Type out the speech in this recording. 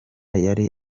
yari